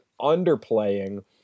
underplaying